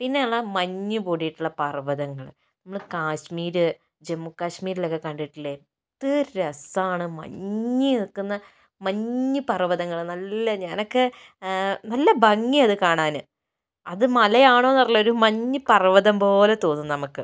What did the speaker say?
പിന്നെ ഉള്ളത് മഞ്ഞ് മൂടിയിട്ടുള്ള പർവ്വതങ്ങൾ നമ്മൾ കാശ്മീർ ജമ്മു കാശ്മീരിലൊക്കെ കണ്ടിട്ടില്ലേ എന്തു രസമാണ് മഞ്ഞ് നിൽക്കുന്ന മഞ്ഞു പർവ്വതങ്ങൾ നല്ല എനിക്ക് നല്ല ഭംഗിയാണ് അതു കാണാൻ അതു മലയാണോയെന്ന് അറിയില്ല ഒരു മഞ്ഞു പർവ്വതം പോലെ തോന്നും നമുക്ക്